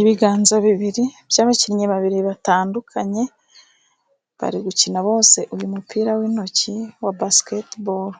Ibiganza bibiri, by'abakinnyi babiri batandukanye, bari gukina bose Umupira w'intoki wa basketball.